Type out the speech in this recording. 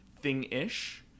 thing-ish